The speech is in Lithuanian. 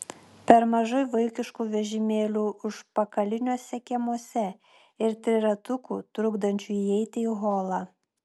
per mažai vaikiškų vežimėlių užpakaliniuose kiemuose ir triratukų trukdančių įeiti į holą